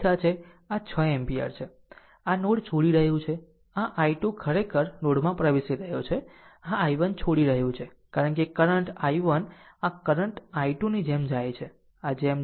આમ આ 6 એમ્પીયર છે તે નોડ છોડી રહ્યું છે અને આ I2 ખરેખર નોડ માં પ્રવેશી રહ્યો છે અને આ I1 છોડી રહ્યું છે કારણ કે કરંટ I1 આ કરંટ I2 ની જેમ જાય છે આ જેમ જાય છે